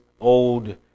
old